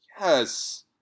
Yes